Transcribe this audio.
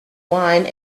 wine